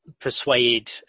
persuade